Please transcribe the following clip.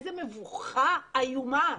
איזו מבוכה איומה.